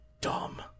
dumb